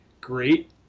great